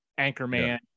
anchorman